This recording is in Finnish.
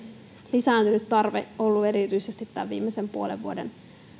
lisääntynyt tarve ollut erityisesti tämän viimeisen puolen vuoden